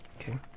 Okay